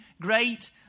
great